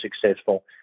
successful